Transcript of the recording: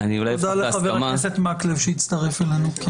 תודה לחבר הכנסת מקלב שהצטרף אלינו.